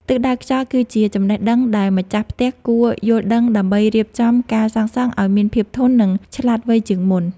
ទិសដៅខ្យល់ គឺជាចំណេះដឹងដែលម្ចាស់ផ្ទះគួរយល់ដឹងដើម្បីរៀបចំការសាងសង់ឱ្យមានភាពធន់ និងឆ្លាតវៃជាងមុន។